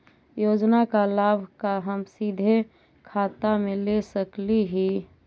योजना का लाभ का हम सीधे खाता में ले सकली ही?